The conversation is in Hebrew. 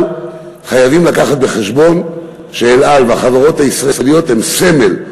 אבל חייבים להביא בחשבון ש"אל על" והחברות הישראליות הן סמל.